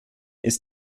ist